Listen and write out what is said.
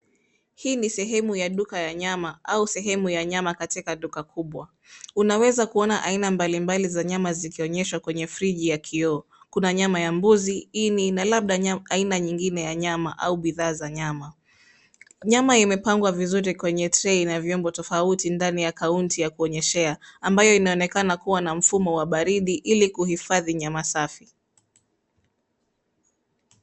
Hii ni sehemu ya duka ya nyama au sehemu ya nyama katika duka kubwa. Unaweza kuona aina mbalimbali za nyama zikionyeshwa kwenye fruji ya kioo. kuna nyama ya mbuzi, ini na labda aina nyingine ya nyama au bidhaa za nyama. Nyama imepangwa vizuri kwenye trei na vyombo tofauti ndani ya kaunti ya kuonyeshea ambayo inaonekana kuwa na mfumo wa baridi ili kuhifadhi nyama safi.